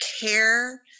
care